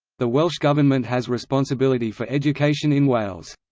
the welsh government has responsibility for education in wales.